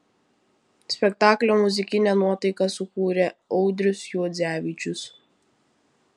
spektaklio muzikinę nuotaiką sukūrė audrius juodzevičius